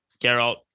Geralt